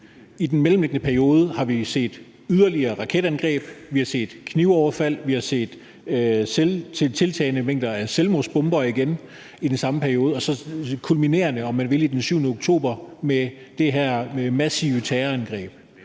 I den mellemliggende periode har vi set yderligere raketangreb, vi har set knivoverfald, vi har set tiltagende mængder af selvmordsbomber igen, og så kulminerer det, om man vil, den 7. oktober med det her massive terrorangreb.